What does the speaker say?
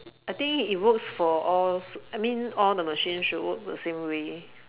I think it works for all I mean all the machines should work the same way